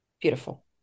beautiful